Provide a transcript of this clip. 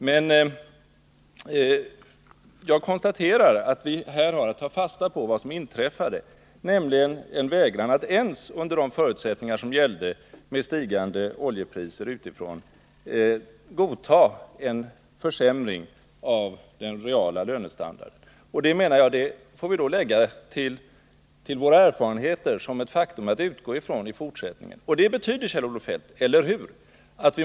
Men jag konstaterar att vi här har att ta fasta på vad som inträffade, nämligen en vägran från löntagarnas sida att, ens under de förutsättningar som gällde, med stigande oljepriser utifrån, godta en försämring av den reala lönestandarden. Jag menar att vi får lägga detta till våra erfarenheter som ett faktum att utgå ifrån i fortsättningen. Det betyder — eller hur, Kjell-Olof Feldt?